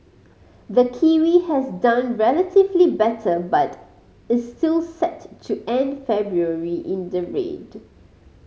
the kiwi has done relatively better but is still set to end February in the red